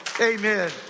Amen